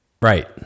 right